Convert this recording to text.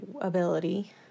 Ability